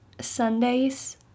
Sundays